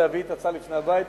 להביא את ההצעה לפני הבית.